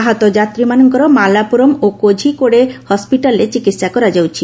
ଆହତ ଯାତୀମାନଙ୍କର ମାଲାପୁରମ୍ ଓ କୋଝିକୋଡେ ହସ୍କିଟାଲରେ ଚିକିତ୍ସା କରାଯାଉଛି